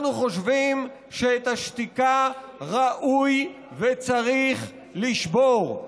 אנחנו חושבים שאת השתיקה ראוי וצריך לשבור.